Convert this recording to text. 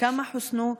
כמה חוסנו?